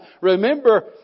remember